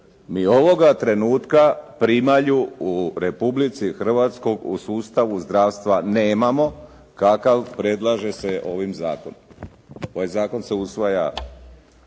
Mi ovoga trenutka primalju u Republici Hrvatskoj u sustavu zdravstva nemamo kakav predlaže se ovim zakonom. Ovaj zakon se usvaja